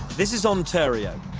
this is ontario,